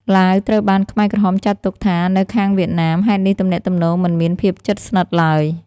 ឡាវត្រូវបានខ្មែរក្រហមចាត់ទុកថានៅខាងវៀតណាម ហេតុនេះទំនាក់ទំនងមិនមានភាពជិតស្និទ្ធឡើយ។